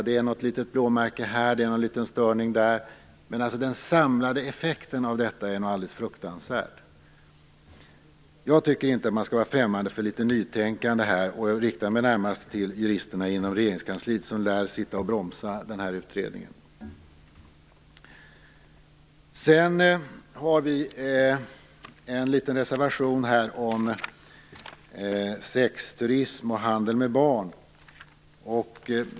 Det är något litet blåmärke här och någon liten störning där, men den samlade effekten är alldeles fruktansvärd. Jag tycker inte att man skall vara främmande för litet nytänkande i sammanhanget. Jag riktar mig då närmast till juristerna inom Regeringskansliet som lär bromsa utredningen. Vi i kd har en reservation om sexturism och handel med barn.